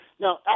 Now